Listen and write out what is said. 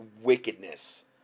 wickedness